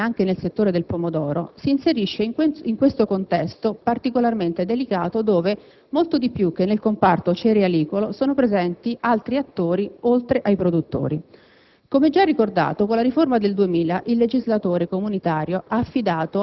L'imminente riforma dell'OCM, che introdurrà il disaccoppiamento totale degli aiuti anche nel settore del pomodoro, si inserisce in questo contesto particolarmente delicato dove, molto di più che nel comparto cerealicolo, sono presenti altri attori oltre ai produttori.